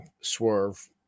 swerve